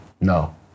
No